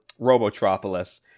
Robotropolis